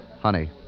Honey